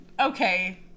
Okay